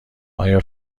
آیا